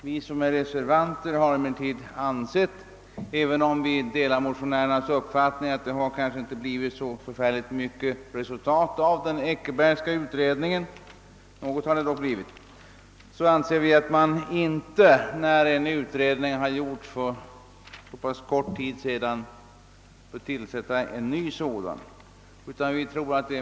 Vi reservanter delar visserligen motionärernas uppfattning men anser att även om den Eckerbergska utredningen inte gav så stort resultat — något gav den dock — bör man inte tillsätta en ny utredning efter så kort tid.